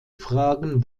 fragen